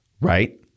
right